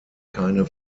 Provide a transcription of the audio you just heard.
keine